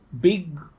big